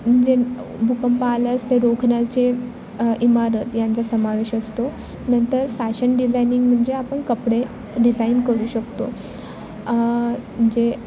म्हणजे भूकंप आल्यास ते रोखण्याचे इमारत यांचा समावेश असतो नंतर फॅशन डिझाईनिंग म्हणजे आपण कपडे डिझाईन करू शकतो जे